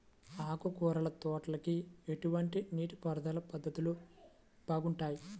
ఆకుకూరల తోటలకి ఎటువంటి నీటిపారుదల పద్ధతులు బాగుంటాయ్?